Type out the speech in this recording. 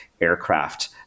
aircraft